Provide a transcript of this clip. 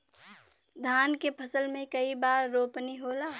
धान के फसल मे कई बार रोपनी होला?